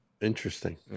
Interesting